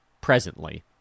Presently